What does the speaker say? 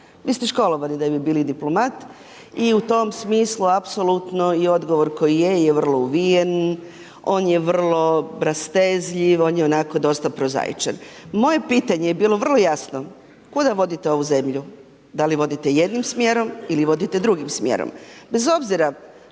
vi ste školovani da bi bili diplomat i u tom smislu apsolutno je odgovor koji je, je vrlo uvijen, on je vrlo rastezljiv, on je onako dosta prozaičan. Moje pitanje je bilo vrlo jasno. Kuda vodite ovu zemlju? Da li vodite jednim sjerom ili vodite drugom smjerom?